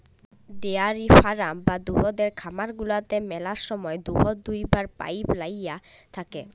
dairy farm বা দুহুদের খামার গুলাতে ম্যালা সময় দুহুদ দুয়াবার পাইপ লাইল থ্যাকে